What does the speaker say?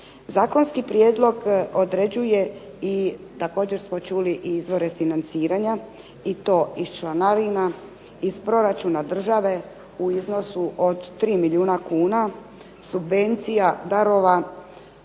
Zakonski prijedlog određuje i također smo čuli izvore financiranja i to iz članarina i iz proračuna države u iznosu od 3 milijuna kuna, subvencija, darova,